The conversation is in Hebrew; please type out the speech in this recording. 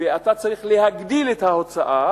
ואתה צריך להגדיל את ההוצאה,